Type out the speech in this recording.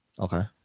okay